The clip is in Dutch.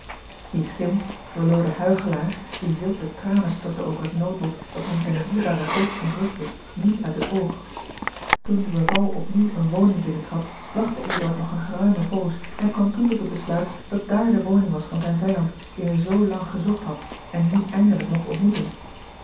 die schim verloor den huichelaar die zilte tranen stortte over het noodlot dat hem zijn dierbaren voogd ontrukte niet uit het oog toen de beval op nieuw eene woning binnentrad wachtte eduard nog eene geruime poos en kwam toen tot het besluit dat dààr de woning was van zijn vijand dien hij zoo lang gezocht had en nu eindelijk mogt ontmoeten